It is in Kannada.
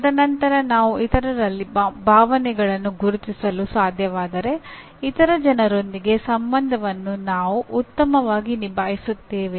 ತದನಂತರ ನಾವು ಇತರರಲ್ಲಿ ಭಾವನೆಗಳನ್ನು ಗುರುತಿಸಲು ಸಾಧ್ಯವಾದರೆ ಇತರ ಜನರೊಂದಿಗಿನ ಸಂಬಂಧವನ್ನು ನಾವು ಉತ್ತಮವಾಗಿ ನಿಭಾಯಿಸುತ್ತೇವೆ